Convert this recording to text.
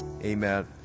Amen